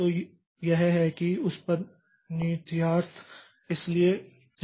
तो यह है कि यह उस का निहितार्थ है